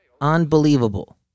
Unbelievable